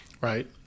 right